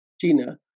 Gina